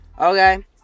Okay